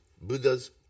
Buddha's